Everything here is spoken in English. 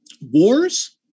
wars